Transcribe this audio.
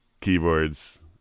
keyboards